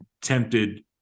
tempted